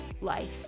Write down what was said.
life